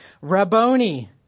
Rabboni